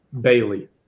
Bailey